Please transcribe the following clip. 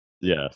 yes